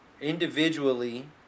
individually